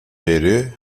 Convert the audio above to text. beri